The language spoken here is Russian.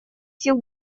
сил